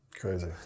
Crazy